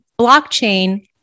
blockchain